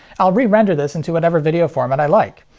i'll re-render this into whatever video format i like.